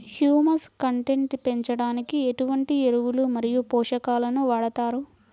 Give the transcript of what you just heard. Humus content పెంచడానికి ఎటువంటి ఎరువులు మరియు పోషకాలను వాడతారు?